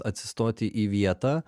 atsistoti į vietą